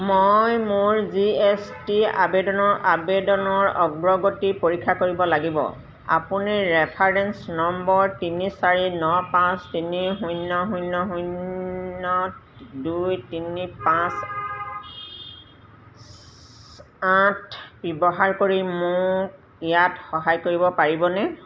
মই মোৰ G S T আবেদনৰ আবেদনৰ অগ্ৰগতি পৰীক্ষা কৰিব লাগিব আপুনি ৰেফাৰেন্স নম্বৰ তিনি চাৰি ন পাঁচ তিনি শূন্য শূন্য শূন্য দুই তিনি পাঁচ আঠ ব্যৱহাৰ কৰি মোক ইয়াত সহায় কৰিব পাৰিবনে